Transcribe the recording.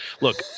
Look